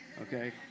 okay